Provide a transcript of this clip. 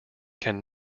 can